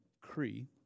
Cree